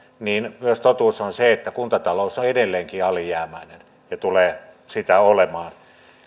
niin totuus on myös se että kuntatalous on edelleenkin alijäämäinen ja tulee sitä olemaan